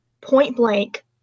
point-blank